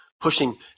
pushing